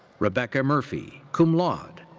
rebecca murphy, cum laude.